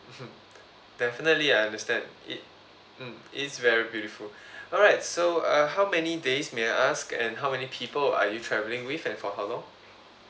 definitely I understand it mm it's very beautiful alright so uh how many days may I ask and how many people are you travelling with and for how long